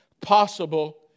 possible